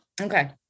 Okay